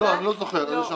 לא, לא.